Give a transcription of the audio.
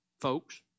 folks